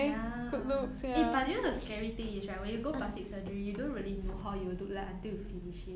ya eh but do you know the scary thing is right when you go plastic surgery you don't really know how you will look like until you finish it